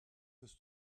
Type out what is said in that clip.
ist